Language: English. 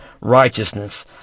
righteousness